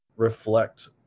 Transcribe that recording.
reflect